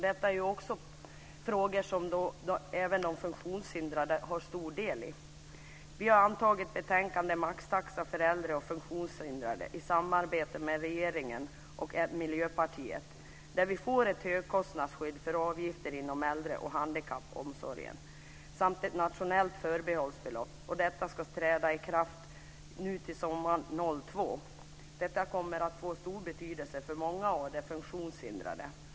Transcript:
Detta är frågor som funktionshindrade har en stor del i. Vi har också antagit betänkandet om maxtaxa för äldre och funktionshindrade i samarbete med regeringspartiet och Miljöpartiet. Där får vi ett högkostnaddskydd för avgifter inom äldre och handikappomsorgen samt ett nationellt förbehållsbelopp. Detta ska träda i kraft till sommaren 2002. Detta kommer att få stor betydelse för många av de funktionshindrade.